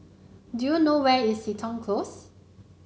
do you know where is Seton Close